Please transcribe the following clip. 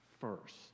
first